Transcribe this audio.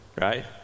right